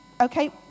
okay